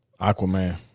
Aquaman